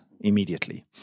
immediately